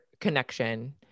connection